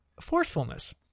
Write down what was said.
forcefulness